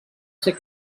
ser